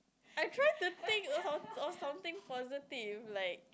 I try to think of of of something positive like